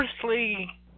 firstly